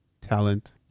Talent